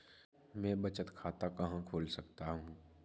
मैं बचत खाता कहाँ खोल सकता हूँ?